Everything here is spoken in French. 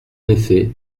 effet